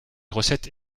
recettes